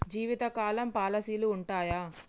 జీవితకాలం పాలసీలు ఉంటయా?